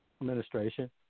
administration